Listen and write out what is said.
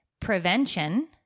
Prevention